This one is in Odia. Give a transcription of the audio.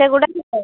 ସେଗୁଡ଼ା କେତେ